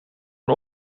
een